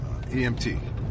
EMT